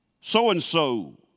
So-and-so